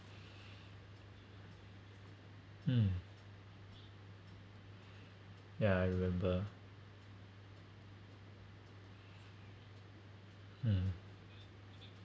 um yeah I remember um